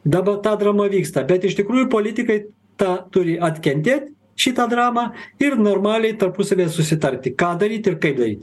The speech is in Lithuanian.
dabar ta drama vyksta bet iš tikrųjų politikai tą turi atkentėt šitą dramą ir normaliai tarpusavyje susitarti ką daryti ir kaip daryti